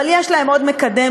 אבל יש להם עוד מקדם,